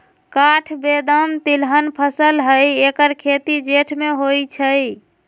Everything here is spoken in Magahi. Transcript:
काठ बेदाम तिलहन फसल हई ऐकर खेती जेठ में होइ छइ